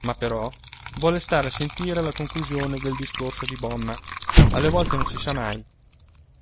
ma però volle stare a sentire la conclusione del discorso di bomma alle volte non si sa mai